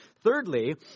Thirdly